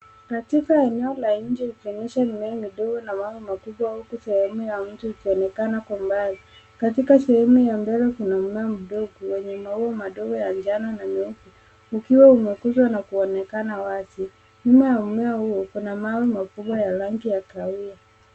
Katika eneo la nje ikionyesha mimea midogo na makubwa, huku sehemu ya mto ukionekana kwa umbali. Katikati sehemu ya mbele kuna mlango mdogo wenye maua madogo ya njano na meupe ukiwa umekunjwa na kuonekana wazi nyuma ya mimea huo, kuna mawe makubwa ya rangi ya kahawia.